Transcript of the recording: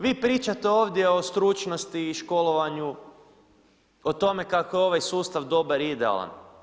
Vi pričate ovdje o stručnosti i školovanju, o tome kako je ovaj sustav dobar i idealan.